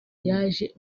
yaje